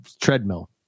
treadmill